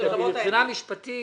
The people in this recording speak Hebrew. מבחינה משפטית